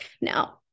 Now